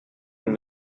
nous